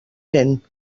gent